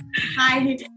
Hi